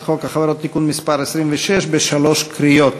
חוק החברות (תיקון מס' 26) בשלוש קריאות.